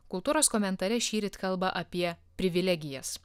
kultūros komentare šįryt kalba apie privilegijas